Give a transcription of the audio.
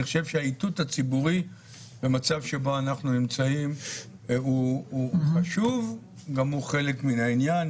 האיתות הציבורי במצב שבו אנחנו נמצאים הוא חשוב והוא חלק מן העניין.